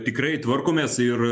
tikrai tvarkomės ir